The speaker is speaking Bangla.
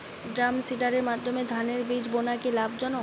ড্রামসিডারের মাধ্যমে ধানের বীজ বোনা কি লাভজনক?